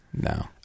No